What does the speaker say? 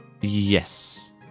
Yes